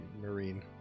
marine